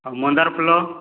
ଆଉ ମନ୍ଦାର ଫୁଲ